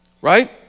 Right